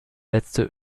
letzte